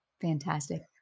Fantastic